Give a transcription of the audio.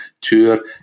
tour